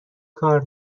کار